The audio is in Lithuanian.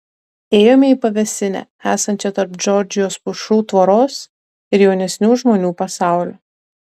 ėjome į pavėsinę esančią tarp džordžijos pušų tvoros ir jaunesnių žmonių pasaulio